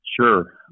Sure